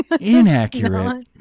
inaccurate